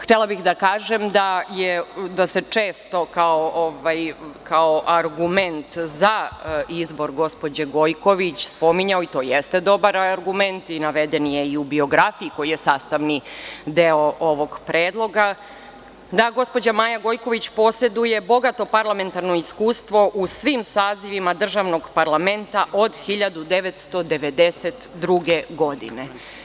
Htela bih da kažem da se često kao argument za izbor gospođe Gojković spominje, i to jeste dobar argument, a naveden je i u biografiji koja je sastavni deo ovog predloga, da gospođa Maja Gojković poseduje bogato parlamentarno iskustvo u svim sazivima državnog parlamenta od 1992. godine.